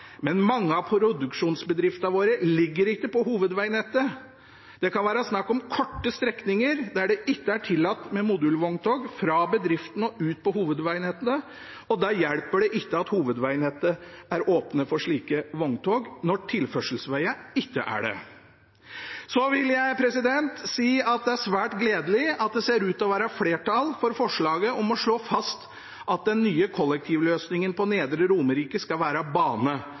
Men mange av produksjonsbedriftene våre ligger ikke på hovedvegnettet. Det kan være snakk om korte strekninger der det ikke er tillatt med modulvogntog fra bedriften og ut på hovedvegnettet, og da hjelper det ikke at hovedvegnettet er åpnet for slike vogntog, når tilførselsvegene ikke er det. Så vil jeg si at det er svært gledelig at det ser ut til å være flertall for forslaget om å slå fast at den nye kollektivløsningen på Nedre Romerike skal være bane,